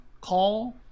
call